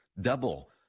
double